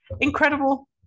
incredible